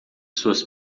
suas